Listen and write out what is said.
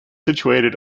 situated